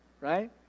Right